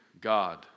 God